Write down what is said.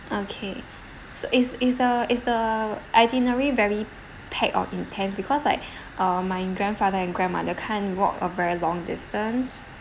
okay so is is the is the itinerary very packed or intense because like uh my grandfather and grandmother can't walk a very long distance